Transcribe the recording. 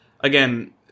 again